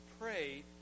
pray